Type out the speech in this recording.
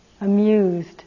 amused